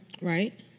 Right